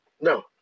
No